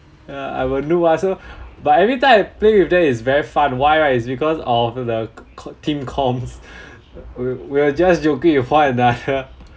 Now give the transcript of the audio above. uh I'm a noob ah so but every time I play with them it's very fun why right is because of the team comms we're we're just joking with one another